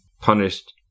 punished